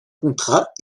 contrat